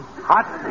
Hot